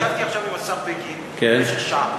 ישבתי עכשיו עם השר בגין במשך שעה,